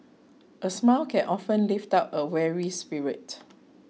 a smile can often lift up a weary spirit